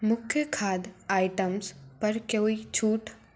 मुख्य खाद आइटम्स पर कोई छूट